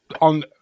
on